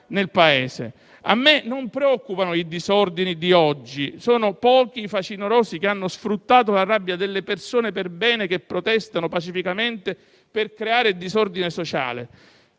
nel Paese. A me non preoccupano i disordini di oggi. Sono pochi i facinorosi che hanno sfruttato la rabbia delle persone perbene che protestano pacificamente per creare disordine sociale.